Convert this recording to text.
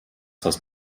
das